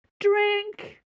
Drink